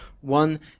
one